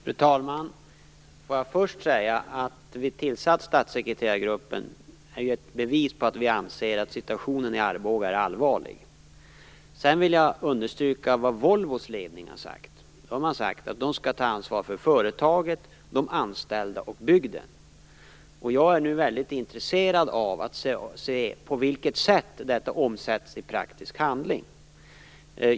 Fru talman! Låt mig först säga att det faktum att vi tillsatt statssekreterargruppen är ett bevis på att vi anser att situationen i Arboga är allvarlig. Sedan vill jag understryka vad Volvos ledning har sagt, nämligen att Volvo skall ta ansvar för företaget, de anställda och bygden. Jag är nu väldigt intresserad av att se på vilket sätt detta omsätts i praktisk handling.